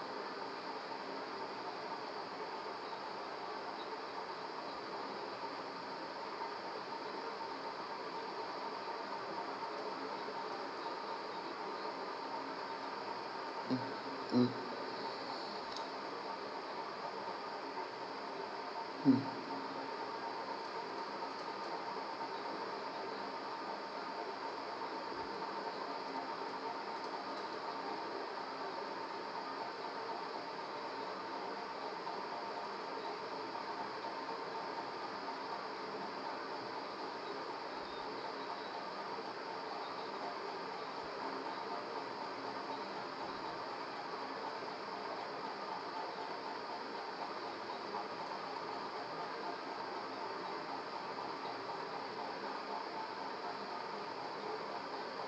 mm mm mm